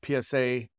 PSA